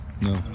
No